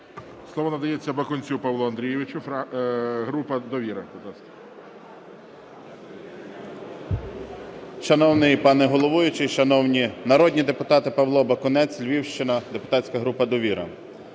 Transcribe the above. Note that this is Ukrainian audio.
Слово надається Бакунцю Павлу Андрійовичу, група "Довіра".